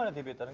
and debuted